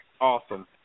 awesome